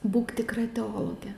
būk tikra teologė